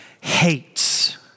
hates